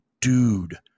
dude